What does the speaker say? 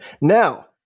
Now